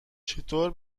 چطور